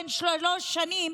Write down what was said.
בן שלוש שנים,